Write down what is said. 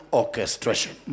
orchestration